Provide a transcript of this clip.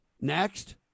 next